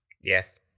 Yes